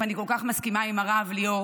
ואני כל כך מסכימה עם הרב ליאור,